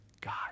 God